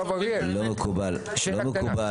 לא מקובל למחוא כפיים.